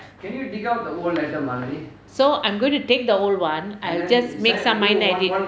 so I'm going to take the old one I just make some minor edit